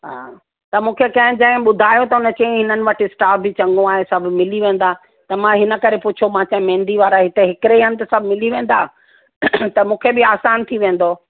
हा त मूंखे कंहिंजे ॿुधायो त हुन चयईं की हिननि वटि स्टाफ़ बि चङो आहे सभु मिली वेंदा त मां इन करे पुछियो मां चयमि महिंदी वारा हिते हिकिड़े ई हंधि सभु मिली वेंदा त मूंखे बि आसानु थी वेंदो